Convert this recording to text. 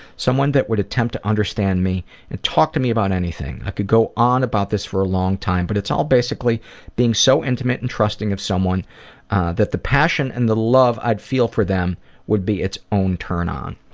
someone that would attempt to understand me and talk to me about anything. i could go on about this for a long time but it's all basically being so intimate and trusting of someone that the passion and the love i'd feel for them would be its own turn on.